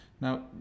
Now